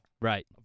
right